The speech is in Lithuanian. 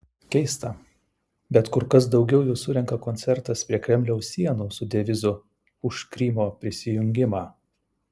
keista bet kur kas daugiau jų surenka koncertas prie kremliaus sienų su devizu už krymo prisijungimą